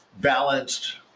balanced